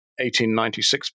1896